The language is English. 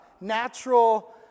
natural